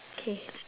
K